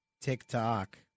TikTok